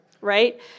right